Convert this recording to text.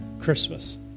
Christmas